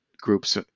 groups